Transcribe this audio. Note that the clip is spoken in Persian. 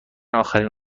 آخرین